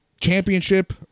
championship